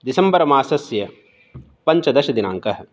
दिसम्बर् मासस्य पञ्चदशदिनाङ्कः